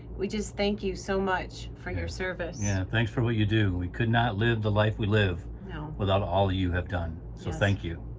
we just thank you so much for your service. yeah, thanks for what you do. we could not live the life we live without all you have done. so thank you.